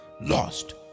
Lost